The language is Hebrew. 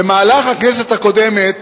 במהלך הכנסת הקודמת